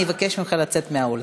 אני אבקש ממך לצאת מהאולם.